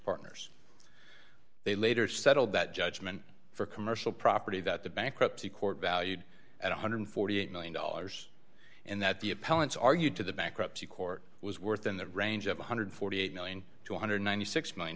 partners they later settled that judgment for commercial property that the bankruptcy court valued at one hundred and forty eight million dollars and that the appellant's argued to the bankruptcy court was worth in the range of one hundred and forty eight billion two hundred and ninety six million